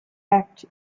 act